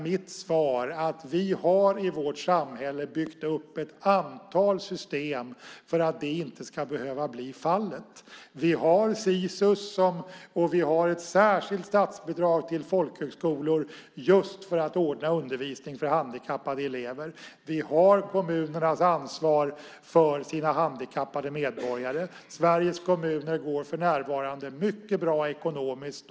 Mitt svar är att vi i vårt samhälle byggt upp ett antal system för att det inte ska behöva bli fallet. Vi har Sisus och ett särskilt statsbidrag till folkhögskolor just för att ordna undervisning för handikappade elever. Vi har kommunernas ansvar för sina handikappade invånare. Sveriges kommuner går för närvarande mycket bra ekonomiskt.